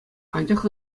анчах